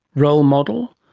role model?